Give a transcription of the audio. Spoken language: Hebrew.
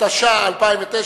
התש"ע 2009, נתקבל.